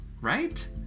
right